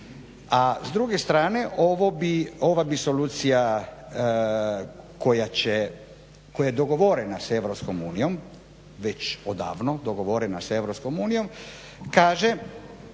A s druge strane ova bi solucija koja je dogovorena s EU, već odavno dogovorena sa Europskom unijom, kaže